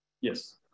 Yes